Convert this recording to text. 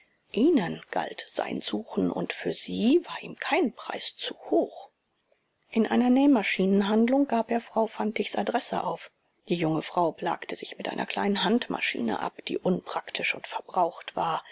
ihnen galt sein suchen und für sie war ihm kein preis zu hoch in einer nähmaschinenhandlung gab er frau fantigs adresse auf die junge frau plagte sich mit einer kleinen handmaschine ab die unpraktisch und verbraucht war